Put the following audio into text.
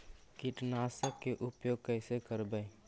कीटनाशक के उपयोग कैसे करबइ?